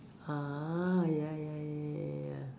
ah ya ya ya ya ya ya ya ya